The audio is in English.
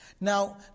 Now